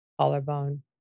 Collarbone